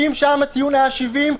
אם שם הציון היה 70,